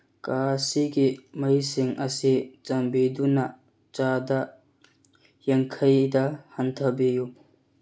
ꯀꯥ ꯑꯁꯤꯒꯤ ꯃꯩꯁꯤꯡ ꯑꯁꯤ ꯆꯥꯟꯕꯤꯗꯨꯅ ꯆꯥꯗ ꯌꯥꯡꯈꯩꯗ ꯍꯟꯊꯕꯤꯌꯨ